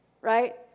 Right